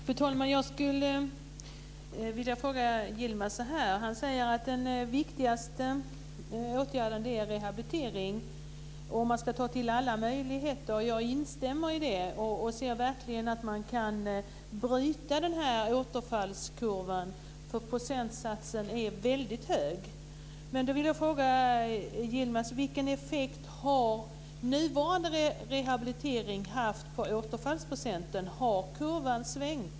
Fru talman! Yilmaz Kerimo säger att rehabilitering är den viktigaste åtgärden och att man ska ta till vara alla möjligheter. Jag instämmer i det. Jag skulle verkligen vilja att man kunde bryta den här återfallskurvan. Procentsatsen är väldigt hög. Då vill jag fråga Yilmaz Kerimo: Vilken effekt har den nuvarande rehabiliteringen haft på återfallsprocenten? Har kurvan svängt?